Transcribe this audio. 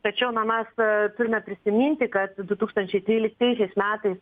tačiau na mes turime prisiminti kad du tūkstančiai tryliktaisiais metais